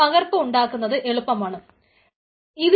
പകർപ്പ് ഉണ്ടാക്കുന്നത് എളുപ്പമാണ് ഇതിൽ